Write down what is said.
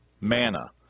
manna